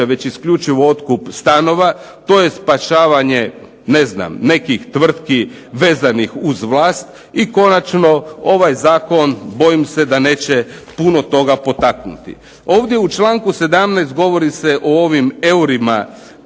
već isključivo otkup stanova to je spašavanje nekih tvrtki vezanih uz vlast i konačno ovaj zakon bojim se da neće puno toga potaknuti. Ovdje u čl. 17. govori se o ovim eurima